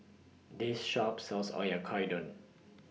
This Shop sells Oyakodon